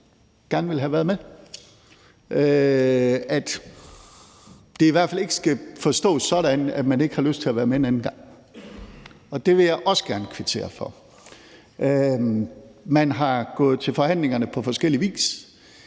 at det i hvert fald ikke skal forstås sådan, at man ikke har lyst til at være med en anden gang. Og det vil jeg også gerne kvittere for. Man er gået til forhandlingerne på forskellig vis,